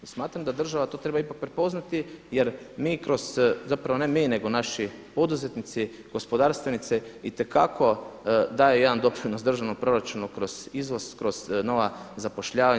I smatram da država to treba ipak prepoznati, jer mi kroz, zapravo ne mi nego naši poduzetnici, gospodarstvenici itekako daje jedan doprinos državnom proračunu kroz izvoz, kroz nova zapošljavanja.